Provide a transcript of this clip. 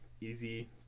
easy